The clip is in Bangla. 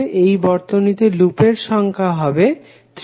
এই বর্তনীতে লুপের সংখ্যা হবে 3